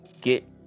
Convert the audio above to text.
get